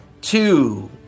two